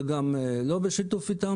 וגם לא בשיתוף איתם,